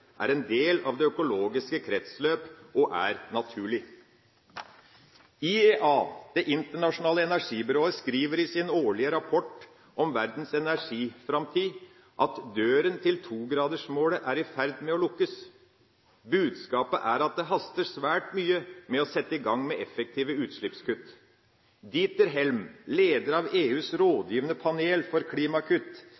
er en del av det økologiske kretsløp og er naturlig. IEA, Det internasjonale energibyrået, skriver i sin årlige rapport om verdens energiframtid at «døren til togradersmålet er i ferd med å lukkes». Budskapet er at det haster svært mye med å sette i gang med effektive utslippskutt. Dieter Helm, leder av EUs